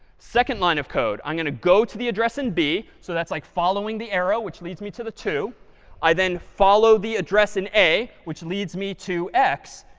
second line of code, i'm going to go to the address in b. so that's like following the arrow, which leads me to the two i then follow the address and a, which leads me to x.